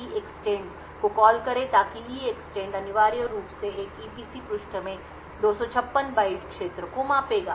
EEXTEND को call करें ताकि EEXTEND अनिवार्य रूप से एक ईपीसी पृष्ठ में 256 बाइट क्षेत्र को मापेगा